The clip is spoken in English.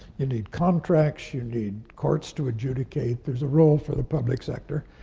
you need contracts, you need courts to adjudicate, there's a role for the public sector.